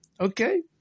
Okay